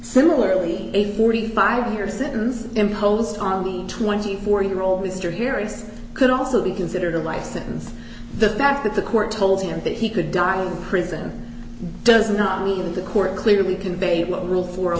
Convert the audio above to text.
similarly a forty five year sentence imposed on the twenty four year old mr hearings could also be considered a life sentence the fact that the court told him that he could die in prison does not mean the court clearly conveyed what wolf world